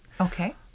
Okay